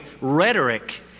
rhetoric